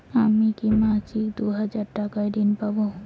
আমি কি মাসিক দুই হাজার টাকার ঋণ পাব?